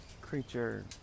creature